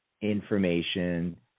information